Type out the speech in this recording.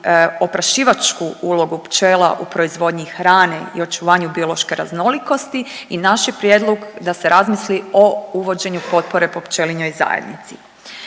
oprašivačku ulogu pčela u proizvodnji hrane i očuvanju biološke raznolikosti. I naš je prijedlog da se razmisli o uvođenju potpore po pčelinjoj zajednici.